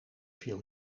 viel